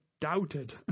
doubted